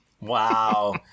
Wow